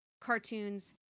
cartoons